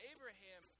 Abraham